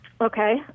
Okay